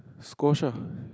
squash ah